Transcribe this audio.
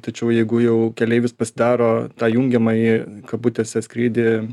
tačiau jeigu jau keleivis pasidaro tą jungiamąjį kabutėse skrydį